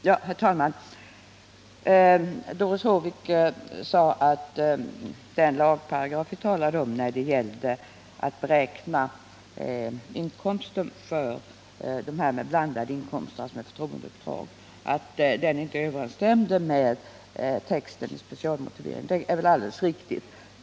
Herr talman! Doris Håvik sade att lagparagrafen om beräkning av inkomsten för dem som på grund av olika förtroendeuppdrag har blandade inkomster inte överensstämmer med texten i specialmotiveringen, och det är väl alldeles riktigt.